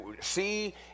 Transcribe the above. see